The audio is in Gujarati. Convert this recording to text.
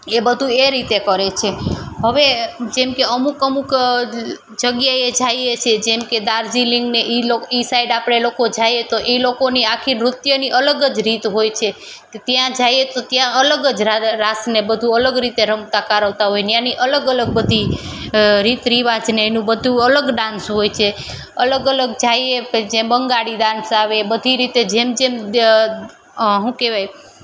એ બધું એ રીતે કરે છે હવે જેમકે અમુક અમુક જગ્યાએ જાઈએ છે જેમકે દાર્જીલિંગ ને એ એ સાઇડ આપણે લોકો જઇએ તો એ લોકોની આખી નૃત્યની અલગ જ રીત હોય છે ત્યાં જઈએ તો ત્યાં અલગ જ રાસને બધું અલગ રીતે રમતા કારવતા હોય ત્યાંની અલગ અલગ બધી રીત રિવાજને એનું બધુ અલગ ડાંસ હોય છે અલગ અલગ જાઈએ જે બંગાળી ડાંસ આવે બધી રીતે જેમ જેમ હું કહેવાય